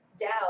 down